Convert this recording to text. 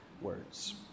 words